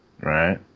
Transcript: Right